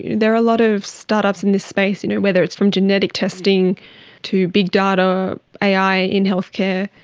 there are a lot of startups in this space, you know whether it's from genetic testing to big data, ai, in healthcare.